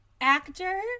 actor